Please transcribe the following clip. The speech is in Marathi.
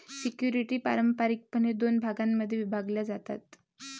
सिक्युरिटीज पारंपारिकपणे दोन भागांमध्ये विभागल्या जातात